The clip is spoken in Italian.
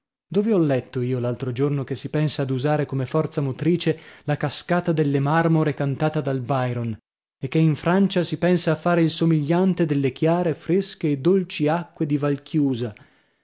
dove ho letto io l'altro giorno che si pensa ad usare come forza motrice la cascata delle marmore cantata dal byron e che in francia si pensa a fare il somigliante delle chiare fresche e dolci acque di valchiusa